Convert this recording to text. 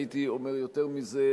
הייתי אומר יותר מזה,